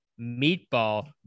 Meatball